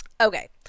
Okay